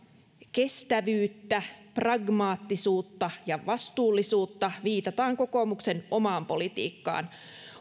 kestävyyttä pragmaattisuutta ja vastuullisuutta viitataan kokoomuksen omaan politiikkaan